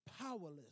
powerless